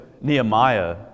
Nehemiah